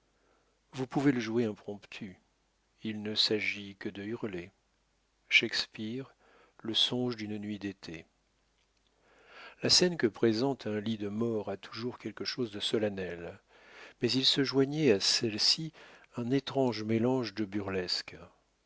vous pouvez le jouer impromptu il ne s'agit que de hurler shakespeare le songe d'une nuit d'été la scène que présente un lit de mort a toujours quelque chose de solennel mais il se joignait à celle-ci un étrange mélange de burlesque